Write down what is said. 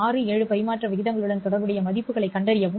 67 பரிமாற்ற விகிதங்களுடன் தொடர்புடைய மதிப்புகளைக் கண்டறியவும்